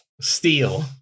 Steel